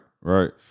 right